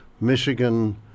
Michigan